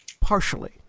Partially